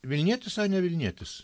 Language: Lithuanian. vilnietis ane vilnietis